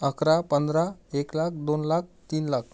अकरा पंधरा एक लाख दोन लाख तीन लाख